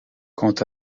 quant